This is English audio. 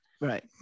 Right